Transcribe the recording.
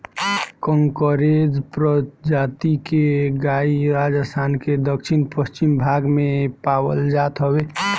कांकरेज प्रजाति के गाई राजस्थान के दक्षिण पश्चिम भाग में पावल जात हवे